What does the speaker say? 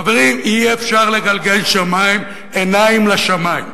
חברים, אי-אפשר לגלגל עיניים לשמים.